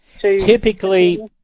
Typically